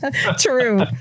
True